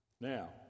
Now